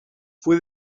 fue